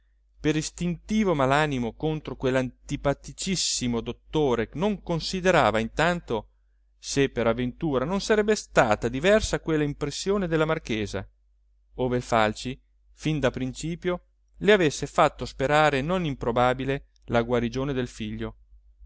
per istintivo malanimo contro quell'antipaticissimo dottore non considerava intanto se per avventura non sarebbe stata diversa quella impressione della marchesa ove il falci fin da principio le avesse fatto sperare non improbabile la guarigione del figlio